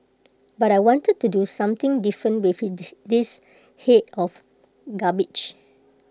but I wanted to do something different with this Head of cabbage